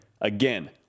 again